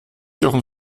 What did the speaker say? jochen